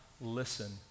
listen